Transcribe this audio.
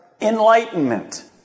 enlightenment